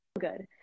good